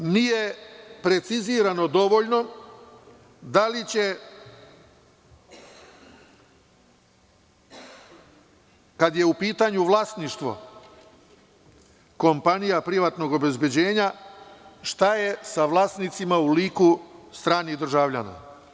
Zatim nije precizirano dovoljno, da li će, a kada je u pitanju vlasništvo kompanija privatnog obezbeđenja šta je sa vlasnicima u liku stranih državljana.